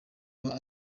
aba